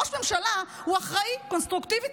ראש ממשלה הוא אחראי קונסטרוקטיבית,